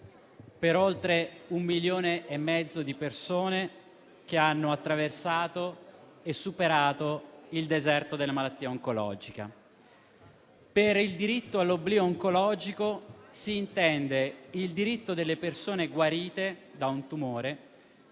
per oltre un milione e mezzo di persone che hanno attraversato e superato il deserto della malattia oncologica. Per diritto all'oblio oncologico si intende il diritto delle persone guarite da un tumore